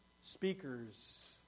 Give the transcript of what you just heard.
speakers